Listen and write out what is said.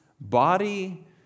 body